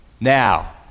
Now